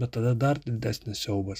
bet tada dar didesnis siaubas